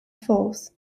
force